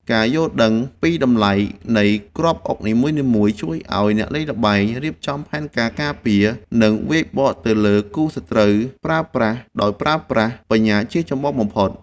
ការយល់ដឹងពីតម្លៃនៃគ្រាប់អុកនីមួយៗជួយឱ្យអ្នកលេងចេះរៀបចំផែនការការពារនិងវាយបកទៅលើគូសត្រូវដោយប្រើប្រាស់បញ្ញាជាចម្បងបំផុត។